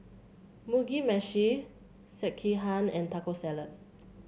Mugi Meshi Sekihan and Taco Salad